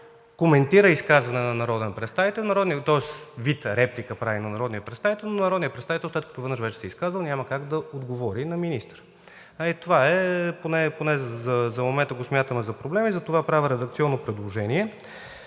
коментира изказване на народен представител, тоест прави вид реплика на народния представител, но народният представител, след като веднъж вече се е изказал, няма как да отговори на министъра. Това за момента го смятаме за проблем и затова правя редакционно предложение